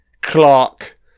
Clark